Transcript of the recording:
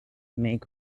make